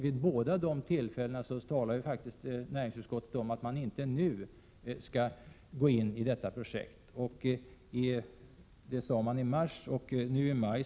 Vid båda de tillfällena talade näringsutskottet om att man inte nu skall gå in i detta projekt; det sade man i mars och nu i maj.